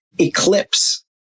eclipse